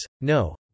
no